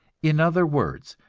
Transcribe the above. in other words,